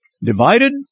divided